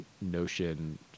notion